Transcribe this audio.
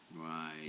Right